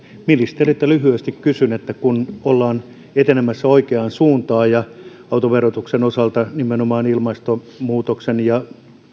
ministeriltä lyhyesti kysyn kun ollaan etenemässä oikeaan suuntaan ja autoverotuksen osalta nimenomaan ilmastonmuutoksen ja